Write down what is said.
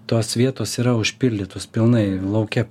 tos vietos yra užpildytos pilnai lauke